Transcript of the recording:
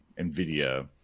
NVIDIA